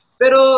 pero